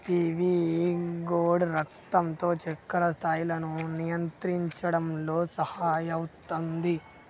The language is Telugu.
పీవీ గోర్డ్ రక్తంలో చక్కెర స్థాయిలను నియంత్రించడంలో సహాయపుతుంది